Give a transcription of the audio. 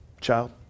Child